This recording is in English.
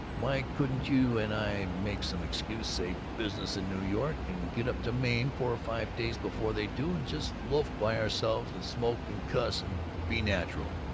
why couldn't you and i make some excuse say business in new york and get up to maine four or five days before they do, and just loaf by ourselves and smoke and cuss and be natural?